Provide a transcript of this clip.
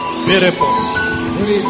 Beautiful